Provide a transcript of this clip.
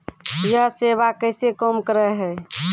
यह सेवा कैसे काम करै है?